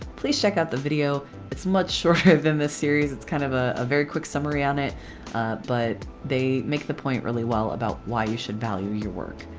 please check out the video it's much shorter than this series. it's kind of a ah very quick summary on it but they make the point really well about why you should value your work